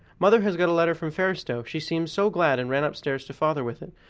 mother has got a letter from fairstowe she seemed so glad, and ran upstairs to father with it.